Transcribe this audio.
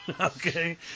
Okay